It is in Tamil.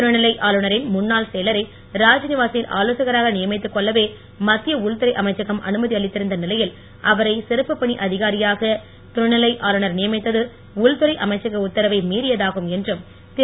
துணைநிலை ஆளுநரின் முன்னாள் செயலரை ராத்நிவாசில் ஆலோசகராக நியமித்து கொள்ளவே மத்திய உள்துறை அமைச்சகம் அனுமதி அளித்திருந்த நிலையில் அவரை சிறப்பு பணி அதிகாரியாக துணைநிலை ஆளுநர் நியமித்தது உள்துறை அமைச்சக உத்தரவை மீறியதாகும் என்று திரு